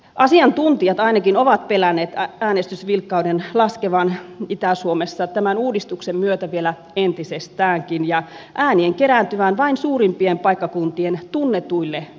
asiantuntijat ainakin ovat pelänneet äänestysvilkkauden laskevan itä suomessa tämän uudistuksen myötä vielä entisestäänkin ja äänien kerääntyvän vain suurimpien paikkakuntien tunnetuille ehdokkaille